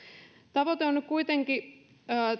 tavoite on nyt kuitenkin